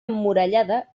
emmurallada